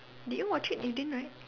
did you watch it you didn't right